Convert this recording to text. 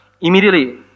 Immediately